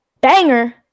banger